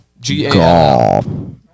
G-A-L